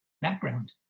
background